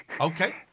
Okay